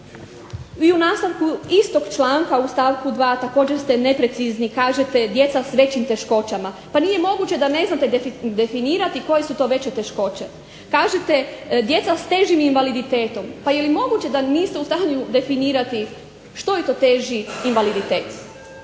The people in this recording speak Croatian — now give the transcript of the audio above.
I u nastavku istog članka u stavku 2. također ste neprecizni, kažete djeca s većim teškoćama. Pa nije moguće da ne znate definirati koje su to veće teškoće. Kažete djeca s težim invaliditetom. Pa je li moguće da niste u stanju definirati što je to teži invaliditet